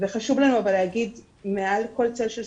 אבל חשוב לנו להגיד מעל כל צל של ספק,